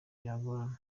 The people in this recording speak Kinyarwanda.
byagorana